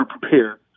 prepared